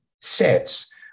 sets